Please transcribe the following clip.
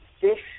fish